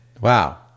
Wow